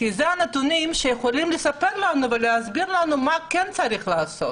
כי אלה הנתונים שיכולים לספר לנו ולהסביר לנו מה כן צריך לעשות